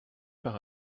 par